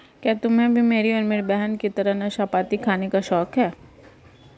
क्या तुम्हे भी मेरी और मेरी बहन की तरह नाशपाती खाने का शौक है?